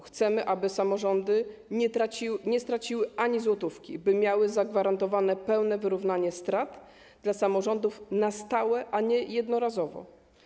Chcemy, aby samorządy nie straciły ani złotówki, by miały zagwarantowane pełne wyrównanie strat dla samorządów na stałe, a nie jednorazowo.